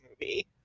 movie